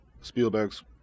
Spielberg's